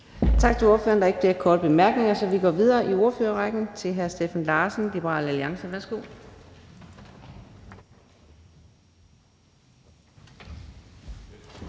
Tak til ordføreren. Der er ikke flere korte bemærkninger, så vi går videre i ordførerrækken til hr. Steffen Larsen, Liberal Alliance. Værsgo.